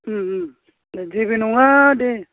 जेबो नङा दे